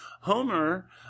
homer